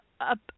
up